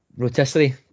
Rotisserie